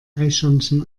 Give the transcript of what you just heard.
eichhörnchen